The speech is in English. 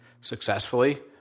successfully